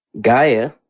Gaia